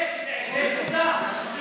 זה סודר.